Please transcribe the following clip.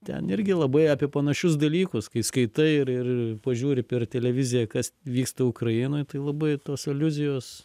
ten irgi labai apie panašius dalykus kai skaitai ir ir pažiūri per televiziją kas vyksta ukrainoj tai labai tos aliuzijos